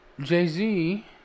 Jay-Z